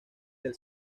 del